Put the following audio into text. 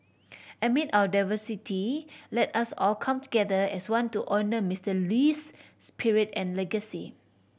amid our diversity let us all come together as one to honour Mister Lee's spirit and legacy